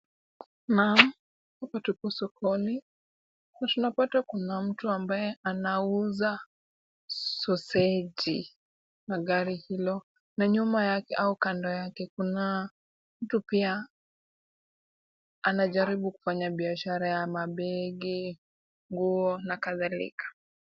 Naam! Hapa tuko sokoni na tunapata kuna mtu ambaye anauza soseji na gari hilo na nyuma yake au kando yake kuna mtu pia, anajaribu kufanya biashara yake ya mabegi , nguo na kadhalika.